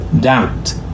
doubt